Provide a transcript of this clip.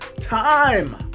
time